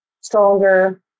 stronger